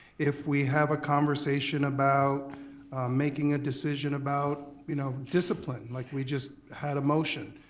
if we have a conversation about making a decision about you know discipline like we just had a motion,